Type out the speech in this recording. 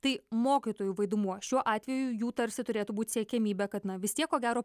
tai mokytojų vaidmuo šiuo atveju jų tarsi turėtų būt siekiamybė kad na vis tiek ko gero